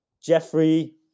Jeffrey